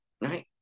Right